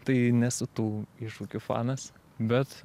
tai nesu tų iššūkių fanas bet